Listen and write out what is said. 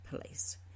Police